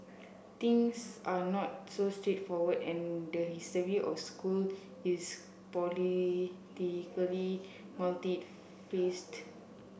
things are not so straightforward and the history of school is politically